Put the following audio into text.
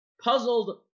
puzzled